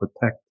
protect